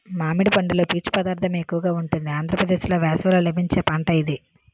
మామిడి పండులో పీచు పదార్థం ఎక్కువగా ఉంటుంది ఆంధ్రప్రదేశ్లో వేసవిలో లభించే పంట ఇది